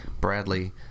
Bradley